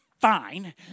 fine